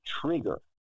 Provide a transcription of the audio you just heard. trigger